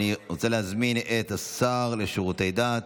אני רוצה להזמין את השר לשירותי דת